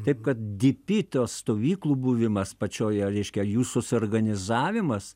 taip kad dypy tos stovyklų buvimas pačioj jo reiškia jų susiorganizavimas